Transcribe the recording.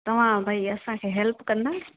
तव्हां भई असांखे हेल्प कंदा